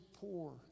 poor